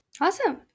Awesome